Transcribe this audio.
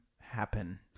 happen